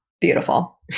beautiful